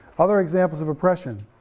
other examples of oppression?